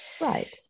Right